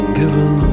given